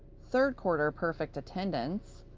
third quarter perfect attendance,